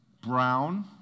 brown